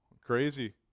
Crazy